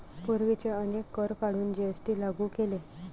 पूर्वीचे अनेक कर काढून जी.एस.टी लागू केले